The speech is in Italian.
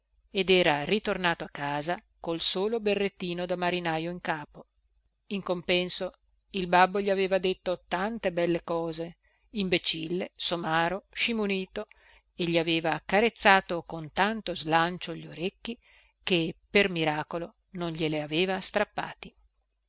ed era ritornato a casa col solo berrettino da marinajo in capo in compenso il babbo gli aveva detto tante belle cose imbecille somaro scimunito e gli aveva carezzato con tanto slancio gli orecchi che per miracolo non glieli aveva strappati